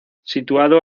situado